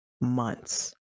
months